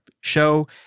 show